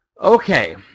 Okay